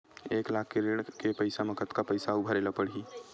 एक लाख के ऋण के पईसा म कतका पईसा आऊ भरे ला लगही?